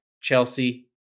Chelsea